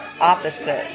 opposite